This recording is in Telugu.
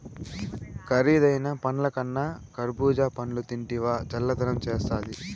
కరీదైన పండ్లకన్నా కర్బూజా పండ్లు తింటివా చల్లదనం చేస్తాది